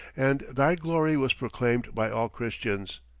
and thy glory was proclaimed by all christians.